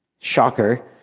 Shocker